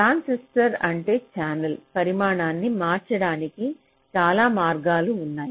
transistor అంటే channel పరిమాణాన్ని మార్చడానికి చాలా మార్గాలు ఉన్నాయి